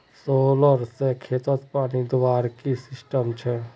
Solar से खेतोत पानी दुबार की सिस्टम छे?